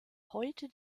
heute